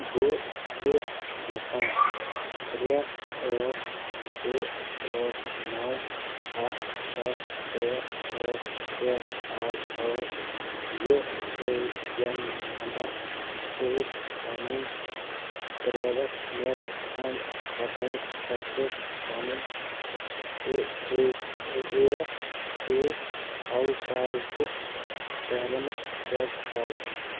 بہٕ چھُس یژھان ترٛےٚ ٲٹھ زٕ ٲٹھ نو اکھ سَتھ ترٛےٚ ٲٹھ ترٛےٚ اکھ ٲٹھ یہِ اے ین نمبر سۭتۍ پننہِ پریوٹ نیٹ فنڈ اکاؤنٹ خٲطرٕ پَننٕۍ A F P O passbook balance check کرٕنۍ